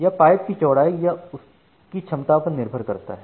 यह पाइप की चौड़ाई या उसकी क्षमता पर निर्भर करता है